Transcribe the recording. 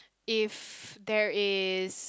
if there is